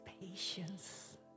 patience